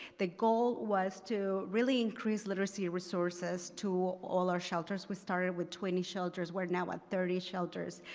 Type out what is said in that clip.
the goal was to really increase literacy resources to all our shelters. we started with twenty shelters, we're now at thirty shelters.